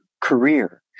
career